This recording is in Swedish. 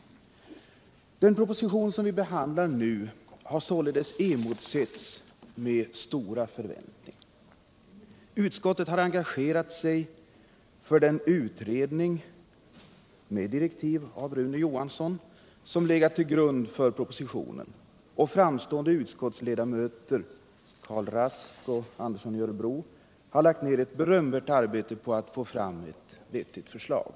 Den proposition vi behandlar nu har således emotsetts med stora förväntningar. Utskottet har engagerat sig för den utredning, med direktiv av Rune Johansson, som legat till grund för propositionen, och fram = De mindre och stående utskottsledamöter — Karl Rask och Sven Andersson i Örebro medelstora — har lagt ner ett berömvärt arbete för att få fram ett vettigt förslag.